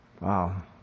Wow